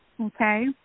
okay